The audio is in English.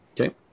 Okay